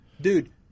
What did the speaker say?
Dude